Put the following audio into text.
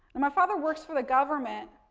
and, my father works for the government.